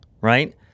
right